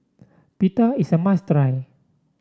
pita is a must try